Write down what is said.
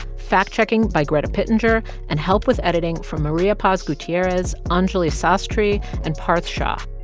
fact-checking by greta pittenger and help with editing from maria paz gutierrez, anjuli sastry and parth shah.